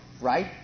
right